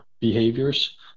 behaviors